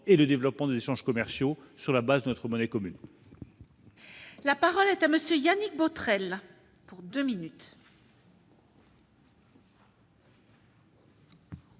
et le développement des échanges commerciaux, sur la base de notre monnaie commune. La parole est à monsieur Yannick Botrel pour 2 minutes.